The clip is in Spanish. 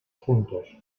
juntos